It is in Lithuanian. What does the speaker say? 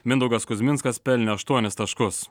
mindaugas kuzminskas pelnė aštuonis taškus